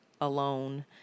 alone